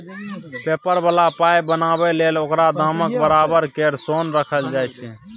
paper बला पाइ बनाबै लेल ओकर दामक बराबर केर सोन राखल जाइ छै